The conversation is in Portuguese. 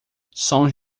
sons